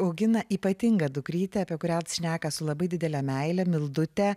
augina ypatingą dukrytę apie kurią šneka su labai didele meile mildutę